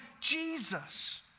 Jesus